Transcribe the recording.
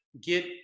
get